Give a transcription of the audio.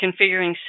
configuring